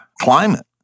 climate